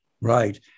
Right